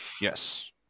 Yes